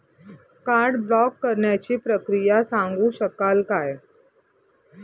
Card block करण्याची प्रक्रिया सांगू शकाल काय?